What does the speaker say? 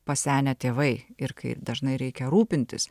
pasenę tėvai ir kai dažnai reikia rūpintis